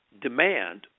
Demand